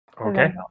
Okay